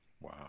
Wow